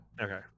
Okay